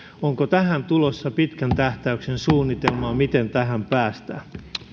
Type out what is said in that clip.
onko tulossa pitkän tähtäyksen suunnitelmaa miten tähän päästään